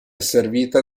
servita